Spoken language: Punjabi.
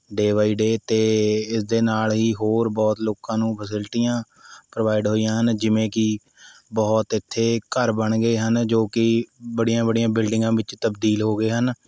ਡੇ ਬਾਈ ਡੇ ਅਤੇ ਇਸਦੇ ਨਾਲ਼ ਹੀ ਹੋਰ ਬਹੁਤ ਲੋਕਾਂ ਨੂੰ ਫਸਿਲਟੀਆਂ ਪ੍ਰੋਵਾਈਡ ਹੋਈਆਂ ਹਨ ਜਿਵੇਂ ਕਿ ਬਹੁਤ ਇੱਥੇ ਘਰ ਬਣ ਗਏ ਹਨ ਜੋ ਕਿ ਬੜੀਆਂ ਬੜੀਆਂ ਬਿਲਡਿੰਗਾਂ ਵਿੱਚ ਤਬਦੀਲ ਹੋ ਗਏ ਹਨ